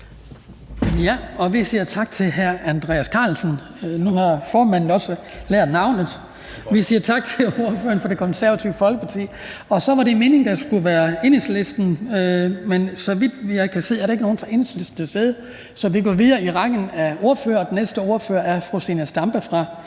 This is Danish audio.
Vi siger tak til hr. Andreas Karlsen. Nu har formanden også lært navnet. Vi siger tak til ordføreren fra Det Konservative Folkeparti. Så var det meningen, at det skulle være Enhedslisten, men så vidt jeg kan se, er der ikke nogen fra Enhedslisten til stede, så vi går videre i rækken af ordførere, og den næste ordfører er fru Zenia Stampe fra